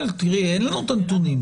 תראי, אין לנו את הנתונים.